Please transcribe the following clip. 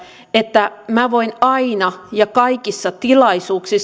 että minä voin aina ja kaikissa